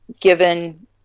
given